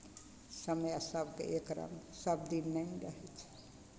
समय सभके एक रङ्ग सभदिन नहि ने रहै छै